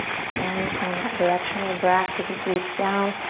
again, find that directional breath. as you breathe down,